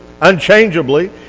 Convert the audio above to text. unchangeably